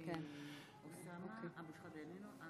זוהי בשורה ליותר מ-150,000